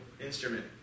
instrument